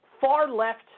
far-left